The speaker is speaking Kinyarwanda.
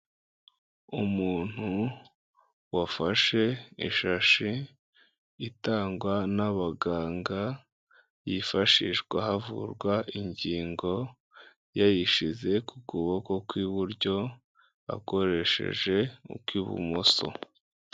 Umuntu wafashe ishashi itangwa n'abaganga yifashishwa havurwa ingingo, yayishize ku kuboko kw'iburyo akoresheje ukw'ibumoso.